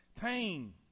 Pain